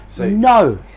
No